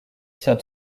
tient